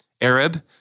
Arab